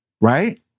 right